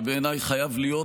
שבעיניי חייב להיות,